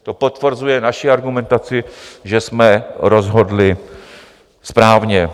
To potvrzuje naši argumentaci, že jsme rozhodli správně.